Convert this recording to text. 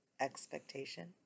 expectation